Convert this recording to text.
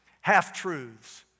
Half-truths